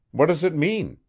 what does it mean?